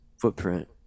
footprint